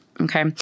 Okay